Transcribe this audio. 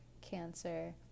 cancer